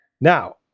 Now